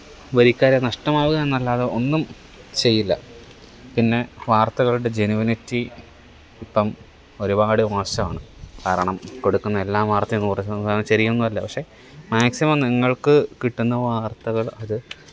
വരിക്കാരെ നഷ്ടമാവുകയെന്നല്ലാതെ ഒന്നും ചെയ്യില്ല പിന്നെ വാർത്തകളുടെ ജനുവിനിറ്റി ഇപ്പം ഒരുപാട് മോശമാണ് കാരണം കൊടുക്കുന്ന എല്ലാ വാര്ത്തയും നൂറ് ശതമാനം ശരിയൊന്നുവല്ല പക്ഷെ മാക്സിമം നിങ്ങള്ക്ക് കിട്ടുന്ന വാര്ത്തകള് അത്